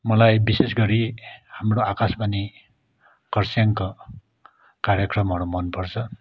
मलाई विशेष गरी हाम्रो आकासवाणी खरसाङको कार्यक्रमहरू मनपर्छ